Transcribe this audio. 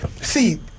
See